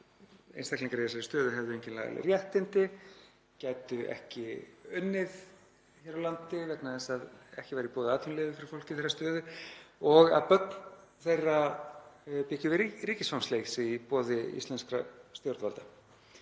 einstaklingar í þessari stöðu hefðu engin lagaleg réttindi, gætu ekki unnið hér á landi vegna þess að ekki væri búið að fá atvinnuleyfi fyrir fólk í þeirra stöðu og að börn þeirra byggju við ríkisfangsleysi í boði íslenskra stjórnvalda.